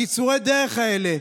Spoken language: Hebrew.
קיצורי הדרך האלה,